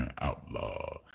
Outlaw